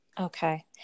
okay